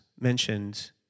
mentioned